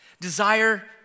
Desire